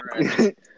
right